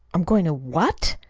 i'm going to what?